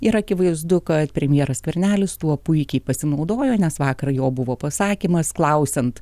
ir akivaizdu kad premjeras skvernelis tuo puikiai pasinaudojo nes vakar jo buvo pasakymas klausiant